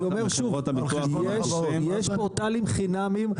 יש פורטלים חינמיים.